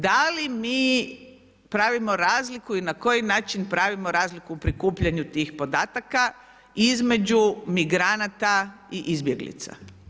Da li mi pravimo razliku i na koji način pravimo razliku i prikupljanju tih podataka između migranata i izbjeglica?